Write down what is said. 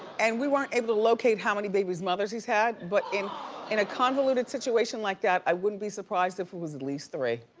and we weren't able to locate how many baby's mothers he's had, but in in a convoluted situation like that, i wouldn't be surprised if it was at least three.